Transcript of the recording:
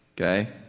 okay